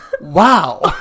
Wow